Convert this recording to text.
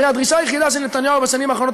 הרי הדרישה היחידה של נתניהו בשנים האחרונות